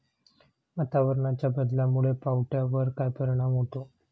वातावरणाच्या बदलामुळे पावट्यावर काय परिणाम होतो?